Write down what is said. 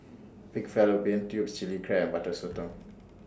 Pig Fallopian Tubes Chili Crab and Butter Sotong